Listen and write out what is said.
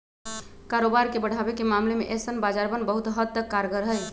कारोबार के बढ़ावे के मामले में ऐसन बाजारवन बहुत हद तक कारगर हई